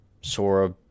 Sora